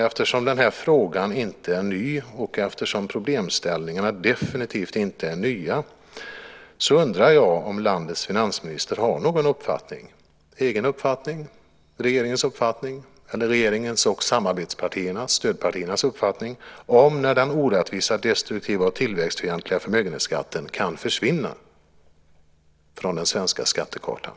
Eftersom den här frågan inte är ny och eftersom problemställningarna definitivt inte är nya undrar jag om landets finansminister har någon uppfattning - egen uppfattning, regeringens uppfattning eller regeringens och samarbetspartiernas uppfattning - om när den orättvisa, destruktiva och tillväxtfientliga förmögenhetsskatten kan försvinna från den svenska skattekartan.